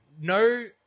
No